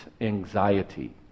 anxiety